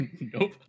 Nope